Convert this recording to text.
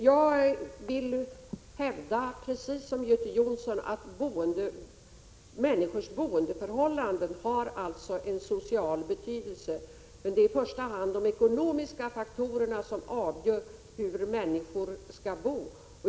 Jag vill precis som Göte Jonsson hävda att människornas boendeförhållanden har social betydelse. Men det är i första hand de ekonomiska faktorerna som avgör hur människorna skall bo.